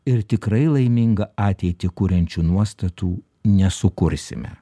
ir tikrai laimingą ateitį kuriančių nuostatų nesukursime